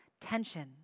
tension